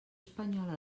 espanyola